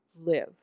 live